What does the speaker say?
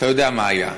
אתה יודע מה היה,